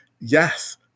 Yes